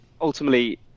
ultimately